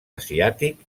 asiàtic